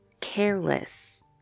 careless